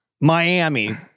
Miami